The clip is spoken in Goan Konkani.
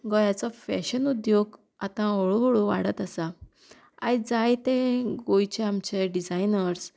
गोंयाचो फॅशन उद्द्योग आतां हळू हळू वाडत आसा आयज जायते गोंयचे आमचे डिजायनर्स